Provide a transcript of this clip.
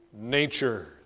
nature